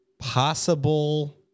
Possible